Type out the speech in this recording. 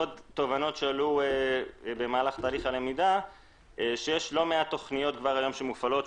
עוד תובנות שעלו במהלך תהליך הלמידה שיש לא מעט תכניות שמופעלות